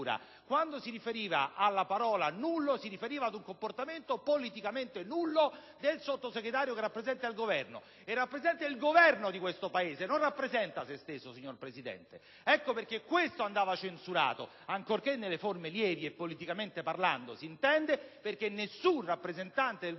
quando si riferiva alla parola nullo, si rivolgeva ad un comportamento politicamente nullo del Sottosegretario che rappresenta il Governo. Egli rappresenta il Governo di questo Paese, non rappresenta se stesso. Signor Presidente, questo andava censurato, ancorché nelle forme lievi e sempre politicamente parlando, perché nessun rappresentante del Governo può dire